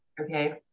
Okay